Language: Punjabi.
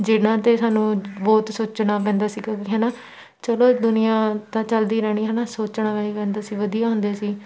ਜਿਨ੍ਹਾਂ 'ਤੇ ਸਾਨੂੰ ਬਹੁਤ ਸੋਚਣਾ ਪੈਂਦਾ ਸੀਗਾ ਹੈ ਨਾ ਚਲੋ ਦੁਨੀਆ ਤਾਂ ਚਲਦੀ ਰਹਿਣੀ ਹੈ ਨਾ ਸੋਚਣਾ ਵੀ ਪੈਂਦਾ ਸੀ ਵਧੀਆ ਹੁੰਦੇ ਸੀ